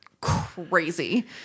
crazy